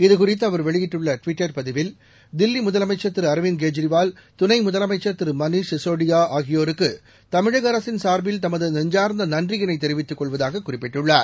இதுகுறித்து அவர் வெளியிட்டுள்ள டுவிட்டர் பதிவில் தில்லி முதலமைச்சர் திரு அர்விந்த் கேஜ்ரிவால் துணை முதலமைச்சர் திரு மணீஷ் சினோடியாக ஆகியோருக்கு தமிழக அரசின் சார்பில் தமது நெஞ்சார்ந்த நன்றியினை தெரிவித்துக் கொள்வதாக குறிப்பிட்டுள்ளார்